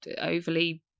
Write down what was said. overly